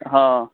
हँ